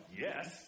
yes